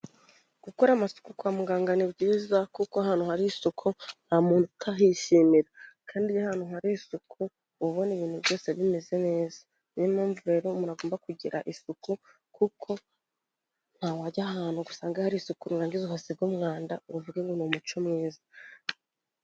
Gukora amasuku kwa muganga ni byiza kuko ahantu hari i isoku nta muntu utahishimira kandi iyo ahantu hari isuku uba ubona ibintu byose bimeze neza , niyo mpamvu rero umuntu agomba kugira isuku kuko ntabwo wajya ahantu ngo usange hari isuku nurangiza uhasige umwanda ngo uvuge ngo ni umuco mwiza.